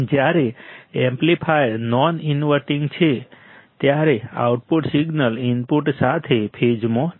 જ્યારે amplifier non inverting છે ત્યારે આઉટપુટ સિગ્નલ ઇનપુટ સાથે ફેઝમાં છે